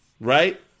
right